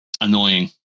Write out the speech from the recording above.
annoying